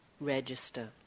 register